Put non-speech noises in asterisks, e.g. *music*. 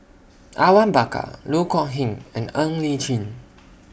Awang Bakar Loh Kok Heng and Ng Li Chin *noise*